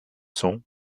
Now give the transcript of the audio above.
sont